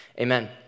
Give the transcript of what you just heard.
Amen